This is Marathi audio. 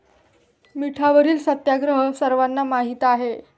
मिठावरील सत्याग्रह सर्वांना माहीत आहे